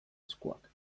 eskuak